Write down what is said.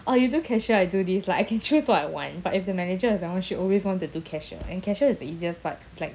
or you do cashier I do this like I can choose what I want but if the manager is around she always want to do cashier and cashier is the easiest part it's like